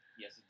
Yes